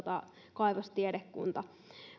kaivostiedekunta